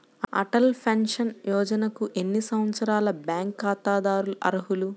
Atal pension యోజనకు ఎన్ని సంవత్సరాల బ్యాంక్ ఖాతాదారులు అర్హులు?